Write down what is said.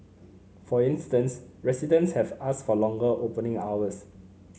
for instance residents have asked for longer opening hours